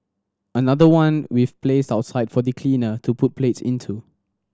another one we've placed outside for the cleaner to put plates into